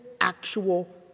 actual